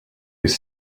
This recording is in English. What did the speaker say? with